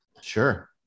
Sure